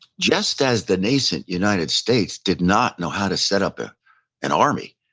just as the nascent united states did not know how to set up ah an army,